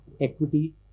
equity